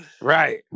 right